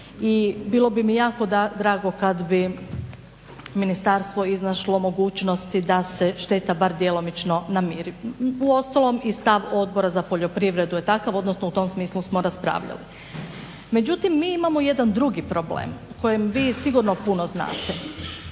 i bilo bi mi jako drago kada bi ministarstvo iznašlo mogućnosti da se šteta bar djelomično namiri. Uostalom i stav Odbora za poljoprivredu je takav odnosno u tom smislu smo raspravljali. Međutim mi imamo jedan drugi problem o kojem vi sigurno puno znate.